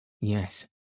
Yes